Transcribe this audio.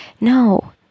No